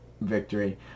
Victory